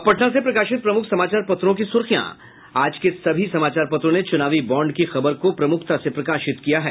अब पटना से प्रकाशित प्रमुख समाचार पत्रों की सुर्खियां आज के सभी समाचार पत्रों ने चुनावी बाँड की खबर को प्रमुखता से प्रकाशित किया है